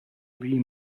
lee